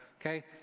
Okay